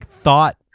thought